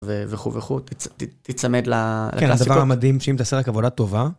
וכו וכו, תיצמד לקלאסיקות. כן, הדבר המדהים שאם אתה עושה רק עבודה טובה...